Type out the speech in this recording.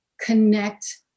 Connect